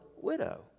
widow